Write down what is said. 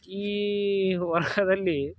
ಈ ವರ್ಷದಲ್ಲಿ